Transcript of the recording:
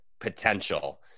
potential